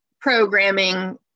programming